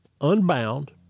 unbound